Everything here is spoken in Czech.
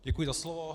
Děkuji za slovo.